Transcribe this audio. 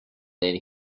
and